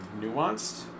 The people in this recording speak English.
nuanced